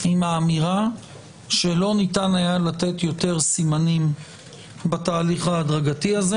האמירה שלא ניתן היה לתת יותר סימנים בתהליך ההדרגתי הזה,